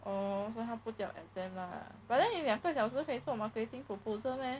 orh 所以他不叫 exam lah but then if 两个小时可以做 marketing proposal meh